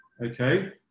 Okay